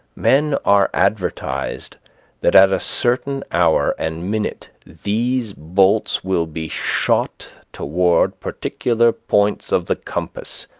men are advertised that at a certain hour and minute these bolts will be shot toward particular points of the compass